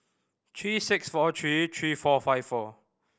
three six four three three four five four